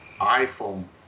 iPhone